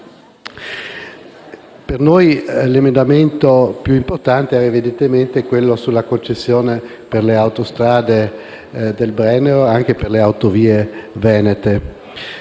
Per noi l'emendamento più importante è evidentemente quello sulla concessione per l'Autostrada del Brennero e per le autovie venete.